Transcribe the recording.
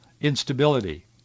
instability